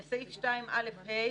בסעיף 2(א)(ה),